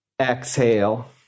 Exhale